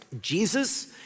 Jesus